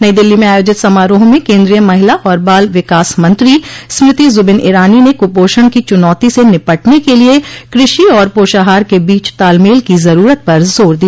नई दिल्ली में आयोजित समारोह में केन्द्रीय महिला और बाल विकास मंत्री स्मृति जुबिन इरानी ने कुपोषण की चुनौती से निपटने के लिए कृषि और पोषाहार के बीच तालमल की जरूरत पर जोर दिया